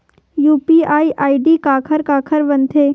UPI ID काखर काखर बनथे?